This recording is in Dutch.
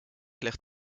ligt